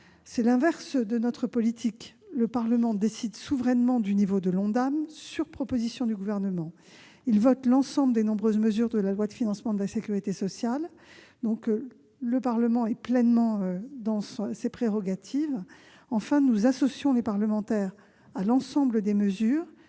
à l'inverse ! Le Parlement décide souverainement du niveau de l'Ondam, sur proposition du Gouvernement. Il vote l'ensemble des nombreuses mesures de la loi de financement de la sécurité sociale. Le Parlement exerce donc pleinement ses prérogatives. Nous associons les parlementaires à l'ensemble des mesures,